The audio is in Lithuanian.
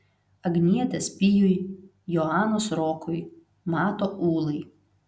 agnietės pijui joanos rokui mato ūlai